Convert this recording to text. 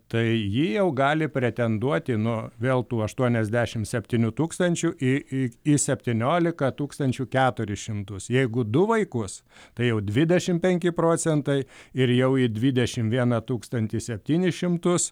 tai ji jau gali pretenduoti nuo vėl tų aštuoniasdešimt septynių tūkstančių į į į septynioliką tūkstančių keturis šimtus jeigu du vaikus tai jau dvidešimt penki procentai ir jau į dvidešimt vieną tūkstantį septynis šimtus